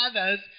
others